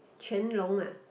Quan-Long ah